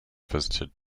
visited